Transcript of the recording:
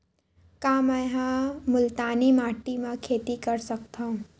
का मै ह मुल्तानी माटी म खेती कर सकथव?